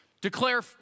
declare